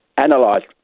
analyzed